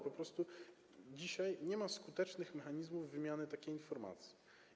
Po prostu dzisiaj nie ma skutecznych mechanizmów wymiany takich informacji.